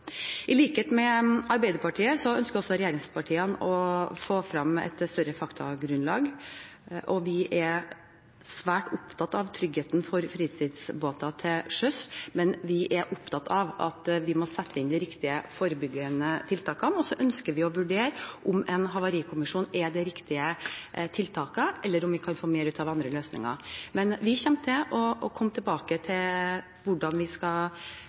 I likhet med Arbeiderpartiet ønsker også regjeringspartiene å få frem et større faktagrunnlag. Vi er svært opptatt av tryggheten for fritidsbåter til sjøs, men vi er opptatt av at vi må sette inn de riktige forebyggende tiltakene. Så ønsker vi å vurdere om en havarikommisjon er det riktige tiltaket, eller om vi kan få mer ut av andre løsninger. Vi kommer til å komme tilbake til hvordan vi skal